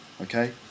Okay